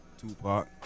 Tupac